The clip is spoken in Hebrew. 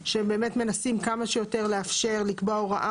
שהם באמת מנסים כמה שיותר לאפשר לקבוע הוראה